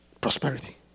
Prosperity